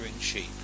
sheep